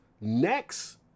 next